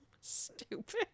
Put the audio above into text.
stupid